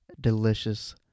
delicious